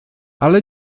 ale